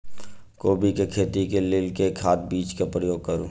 कोबी केँ खेती केँ लेल केँ खाद, बीज केँ प्रयोग करू?